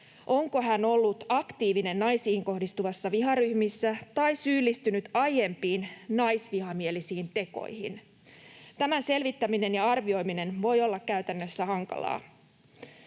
onko hän ollut aktiivinen naisiin kohdistuvissa viharyhmissä tai syyllistynyt aiempiin naisvihamielisiin tekoihin. Tämän selvittäminen ja arvioiminen voi olla käytännössä hankalaa.